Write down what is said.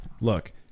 look